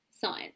science